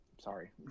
sorry